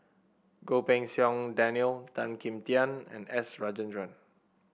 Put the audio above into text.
Goh Pei Siong Daniel Tan Kim Tian and S Rajendran